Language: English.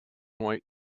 white